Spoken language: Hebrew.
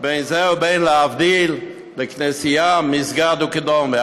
בין זה ובין, להבדיל, כנסייה, מסגד וכדומה.